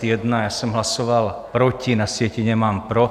Já jsem hlasoval proti, na sjetině mám pro.